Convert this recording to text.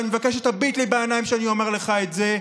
ואני מבקש שתביט לי בעיניים כשאני אומר לך את זה,